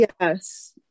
yes